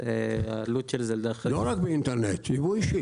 לא רק אינטרנט ייבוא אישי.